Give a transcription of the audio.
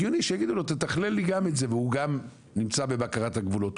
הגיוני שיגידו לו 'תתכלל לי גם את זה' והוא גם נמצא בבקרת הגבולות,